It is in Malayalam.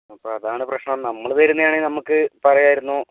അപ്പം അതാണ് പ്രശ്നം നമ്മൾ തരുന്നതാണെങ്കിൽ നമുക്ക് പറയാമായിരുന്നു